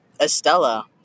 Estella